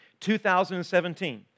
2017